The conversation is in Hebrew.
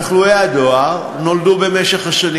תחלואי הדואר נולדו במשך השנים,